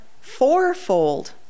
fourfold